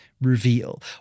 reveal